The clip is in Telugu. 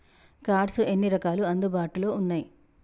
కార్డ్స్ ఎన్ని రకాలు అందుబాటులో ఉన్నయి?